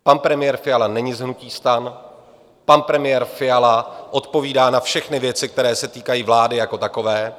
Pan premiér Fiala není z hnutí STAN, pan premiér Fiala odpovídá na všechny věci, které se týkají vlády jako takové.